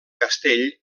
castell